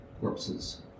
corpses